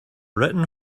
written